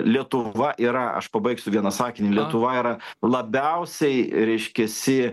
lietuva yra aš pabaigsiu vieną sakinį lietuva yra labiausiai reiškiasi